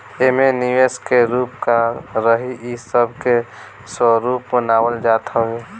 एमे निवेश के रूप का रही इ सब के स्वरूप बनावल जात हवे